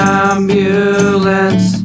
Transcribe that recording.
ambulance